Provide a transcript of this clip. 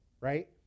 right